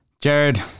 Jared